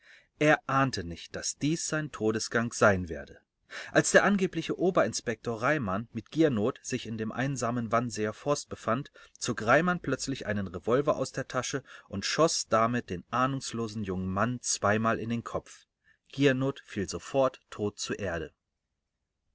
er ahnte nicht daß dies sein todesgang sein werde als der angebliche oberinspektor reimann mit giernoth sich in dem einsamen wannseer forst befand zog reimann plötzlich einen revolver aus der tasche und schoß damit den ahnungslosen jungen mann zweimal in den kopf giernoth fiel sofort tot zur erde